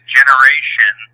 Generation